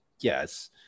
yes